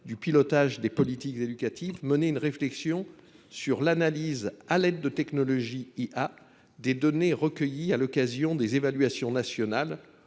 du pilotage des politiques éducatives, mener une réflexion sur l'analyse à l'aide de technologies IA des données recueillies à l'occasion des évaluations nationales